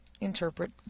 interpret